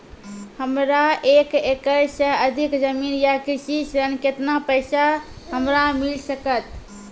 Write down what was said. हमरा एक एकरऽ सऽ अधिक जमीन या कृषि ऋण केतना पैसा हमरा मिल सकत?